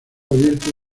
abierto